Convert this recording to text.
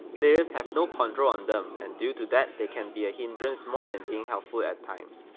players have no control on them and due to that they can be a hindrance more than being helpful at times.